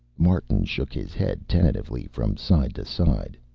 martin shook his head tentatively from side to side.